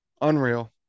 Unreal